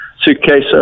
suitcase